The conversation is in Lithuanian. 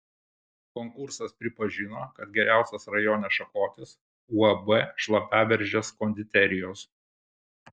konkursas pripažino kad geriausias rajone šakotis uab šlapaberžės konditerijos